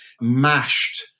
mashed